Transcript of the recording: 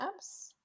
apps